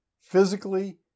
physically